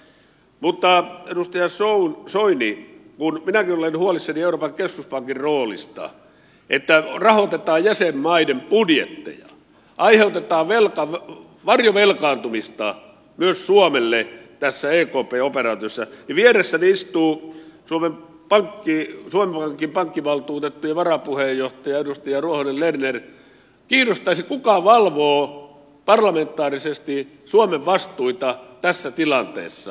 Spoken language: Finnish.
mutta edustaja soini kun minäkin olen huolissani euroopan keskuspankin roolista siitä että rahoitetaan jäsenmaiden budjetteja ja aiheutetaan varjovelkaantumista myös suomelle tässä ekpn operaatiossa niin vieressäni istuu suomen pankin pankkivaltuutettu ja varapuheenjohtaja edustaja ruohonen lerner kiinnostaisi kuka valvoo parlamentaarisesti suomen vastuita tässä tilanteessa